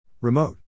Remote